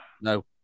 No